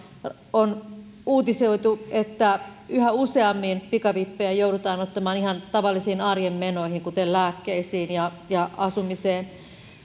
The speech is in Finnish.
on uutisoitu että yhä useammin pikavippejä joudutaan ottamaan ihan tavallisiin arjen menoihin kuten lääkkeisiin ja ja asumiseen